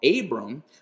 Abram